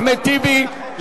אחמד טיבי,